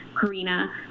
Karina